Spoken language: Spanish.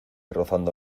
rozando